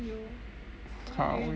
好远啊